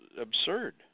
absurd